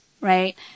right